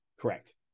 correct